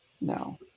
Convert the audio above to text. No